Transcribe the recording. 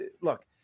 look